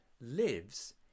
lives